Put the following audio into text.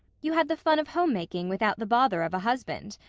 you had the fun of homemaking without the bother of a husband.